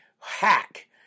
hack